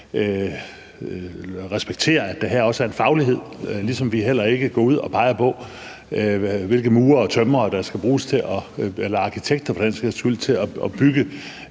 respektere, at der her også er en faglighed. Ligesom vi går heller ikke ud og peger på, hvilke murere og tømrere eller arkitekter